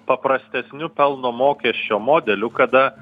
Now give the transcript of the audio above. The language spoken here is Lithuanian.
paprastesniu pelno mokesčio modeliu kada